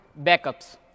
backups